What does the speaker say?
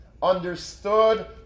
Understood